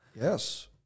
Yes